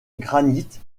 granite